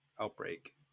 outbreak